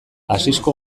asisko